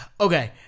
Okay